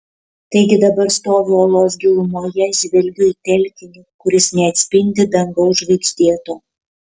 taigi dabar stoviu olos gilumoje žvelgiu į telkinį kuris neatspindi dangaus žvaigždėto